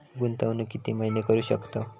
गुंतवणूक किती महिने करू शकतव?